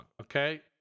Okay